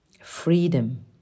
Freedom